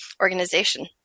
organization